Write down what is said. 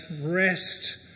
rest